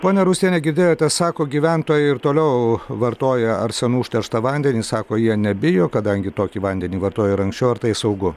ponia rusiene girdėjote sako gyventojai ir toliau vartoja arsenu užterštą vandenį sako jie nebijo kadangi tokį vandenį vartojo ir anksčiau ar tai saugu